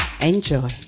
Enjoy